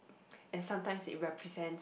and sometime it represent